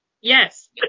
yes